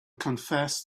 confessed